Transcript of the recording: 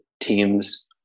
teams